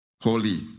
holy